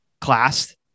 class